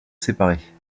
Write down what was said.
séparés